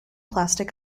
plastic